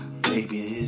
baby